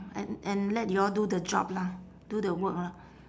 and and let you all do the job lah do the work lah